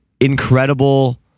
incredible